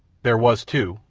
there was, too,